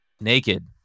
Naked